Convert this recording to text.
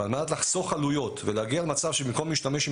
ועל מנת לחסוך עלויות ולהגיע למצב שבמקום להשתמש עם